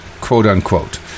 quote-unquote